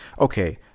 Okay